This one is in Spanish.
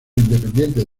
independiente